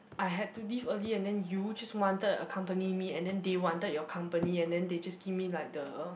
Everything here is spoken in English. I had to leave early and then you just wanted to accompany me and then they wanted your company and then they just give me like the